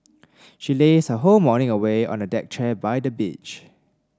she lazed her whole morning away on a deck chair by the beach